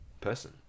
Person